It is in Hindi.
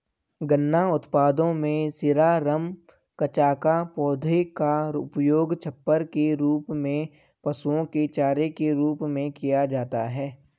गन्ना उत्पादों में शीरा, रम, कचाका, पौधे का उपयोग छप्पर के रूप में, पशुओं के चारे के रूप में किया जाता है